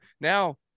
now